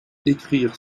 écrire